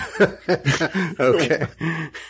Okay